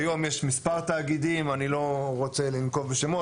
היום יש מספר תאגידים, אני לא רוצה לנקוב בשמות.